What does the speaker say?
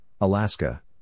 Alaska